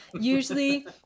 Usually